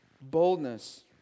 Boldness